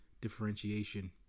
differentiation